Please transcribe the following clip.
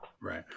right